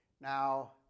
Now